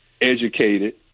educated